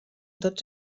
tots